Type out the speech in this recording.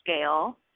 scale